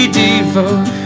devote